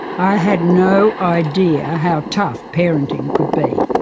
i had no idea how tough parenting could be.